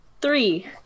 Three